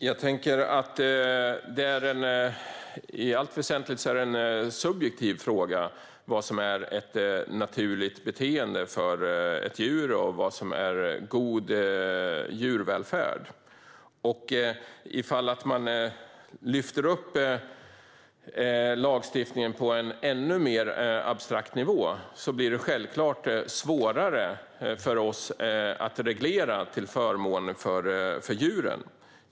Herr talman! Jag tänker att det i allt väsentligt är en subjektiv fråga vad som är ett naturligt beteende för ett djur och vad som är god djurvälfärd. Om man lyfter upp lagstiftningen på en ännu mer abstrakt nivå blir det självklart svårare för oss att reglera till förmån för djuren.